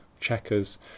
checkers